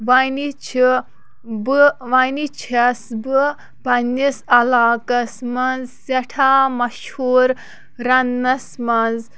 وَنہِ چھُ بہٕ وَنہِ چھَس بہٕ پَنٛنِس علاقعَس منٛز سٮ۪ٹھاہ مَشہوٗر رَننَس منٛز